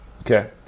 Okay